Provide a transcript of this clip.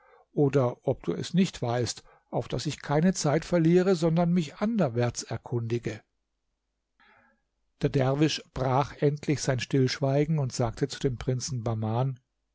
oder ob du es nicht weißt auf daß ich keine zeit verliere sondern mich anderwärts erkundige der derwisch brach endlich sein stillschweigen und sagte zu dem prinzen bahman